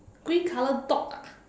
green color dog ah